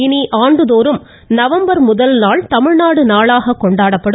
இனி ஆண்டுதோறும் நவம்பர் முதல் நாள் தமிழ்நாடு நாளாக கொண்டாடப்படும்